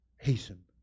Hasten